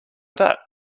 that